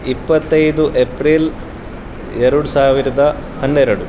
ಇಪ್ಪತ್ತೈದು ಎಪ್ರಿಲ್ ಎರಡು ಸಾವಿರದ ಹನ್ನೆರಡು